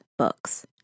Books